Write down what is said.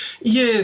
Yes